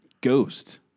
ghost